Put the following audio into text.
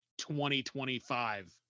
2025